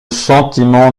sentiment